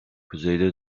kuzeyde